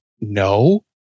no